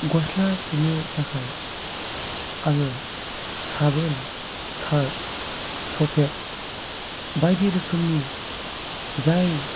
गस्ला सुनो थाखाय आङो साबोन सार्फ सफेद बायदि रोखोमनि जाय